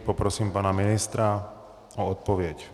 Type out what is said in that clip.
Poprosím pana ministra o odpověď.